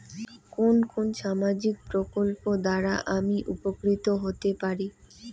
কোন কোন সামাজিক প্রকল্প দ্বারা আমি উপকৃত হতে পারি?